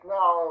now